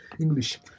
English